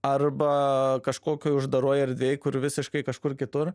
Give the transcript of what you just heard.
arba kažkokioj uždaroj erdvėj kur visiškai kažkur kitur